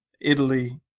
Italy